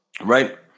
Right